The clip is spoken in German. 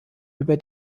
über